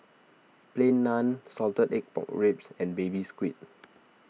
Plain Naan Salted Egg Pork Ribs and Baby Squid